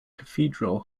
cathedral